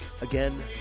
again